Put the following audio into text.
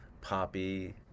poppy